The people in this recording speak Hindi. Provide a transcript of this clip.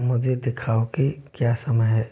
मुझे दिखाओ कि क्या समय है